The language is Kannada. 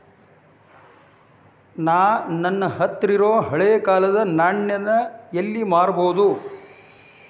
ನಾ ನನ್ನ ಹತ್ರಿರೊ ಹಳೆ ಕಾಲದ್ ನಾಣ್ಯ ನ ಎಲ್ಲಿ ಮಾರ್ಬೊದು?